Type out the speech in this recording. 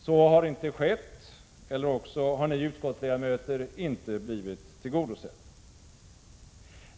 Så har inte skett eller åtminstone har ni utskottsledamöter inte blivit tillgodosedda.